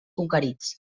conquerits